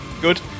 good